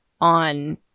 on